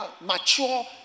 mature